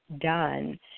done